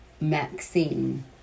Maxine